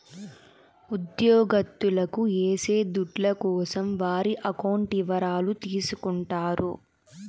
ఉద్యోగత్తులకు ఏసే దుడ్ల కోసం వారి అకౌంట్ ఇవరాలు తీసుకుంటారు